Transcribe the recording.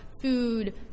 food